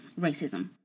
racism